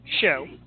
show